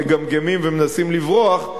מגמגמים ומנסים לברוח,